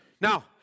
Now